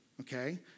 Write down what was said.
okay